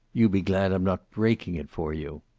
you be glad i'm not breaking it for you.